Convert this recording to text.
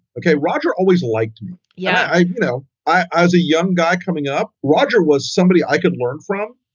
ok. roger always liked. yeah, i know. i was a young guy. coming up, roger was somebody i could learn from.